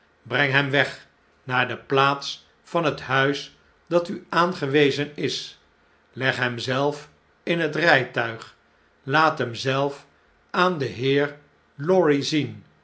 breng hem weg naar de plaats van het huis dat u aangewezen is leg hem zelf in het rijtuig laat hem zelf aan den heer lorry zien